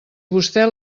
vostè